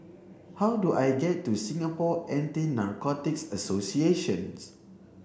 how do I get to Singapore Anti Narcotics Associations